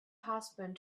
husband